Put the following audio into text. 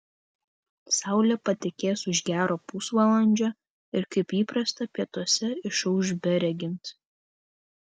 saulė patekės už gero pusvalandžio ir kaip įprasta pietuose išauš beregint